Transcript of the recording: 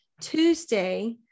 Tuesday